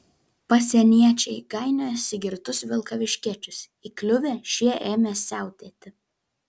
pasieniečiai gainiojosi girtus vilkaviškiečius įkliuvę šie ėmė siautėti